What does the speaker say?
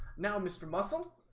now mr. muscle